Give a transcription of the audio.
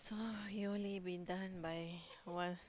so we only been done by